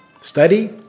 study